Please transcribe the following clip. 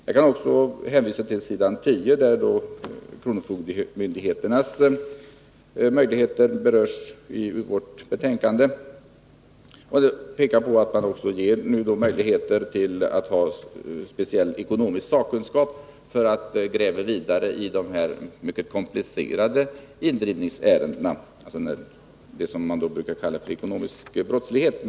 Jag kan också hänvisa till s. 10 i vårt betänkande, där kronofogdemyndigheternas möjligheter berörs, och peka på att man nu också ger dem möjligheter till anlitande av ekonomisk sakkunskap som kan gräva vidare i sådana mycket komplicerade indrivningsärenden som med en gemensam beteckning brukar kallas ekonomisk brottslighet.